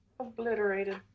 Obliterated